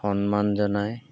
সন্মান জনায়